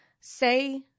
say